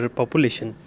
population